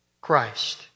Christ